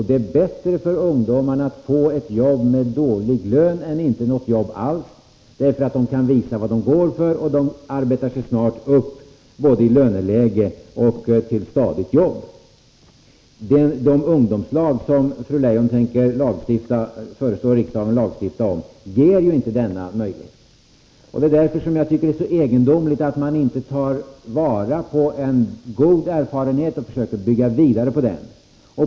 Det är bättre för ungdomarna att få ett jobb med dålig lön än inte något jobb alls. De kan då visa vad de går för, och de arbetar sig snart upp både i löneläge och till stadigt jobb. De ungdomslag som fru Leijon tänker föreslå riksdagen att lagstifta om ger ju inte denna möjlighet. Det är därför som jag tycker att det är så egendomligt att man inte tar vara på en god erfarenhet och försöker bygga vidare på den.